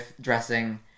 dressing